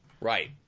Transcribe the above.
Right